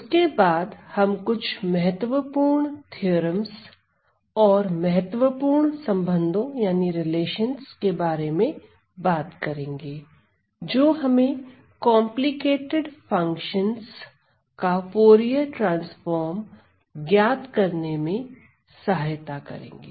उसके बाद हम कुछ महत्वपूर्ण थ्योरम्स और महत्वपूर्ण संबंधों के बारे में बात करेंगे जो हमें कॉम्प्लिकेटेड फंक्शंस का फूरिये ट्रांसफॉर्म ज्ञात करने में सहायता करेंगे